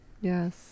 Yes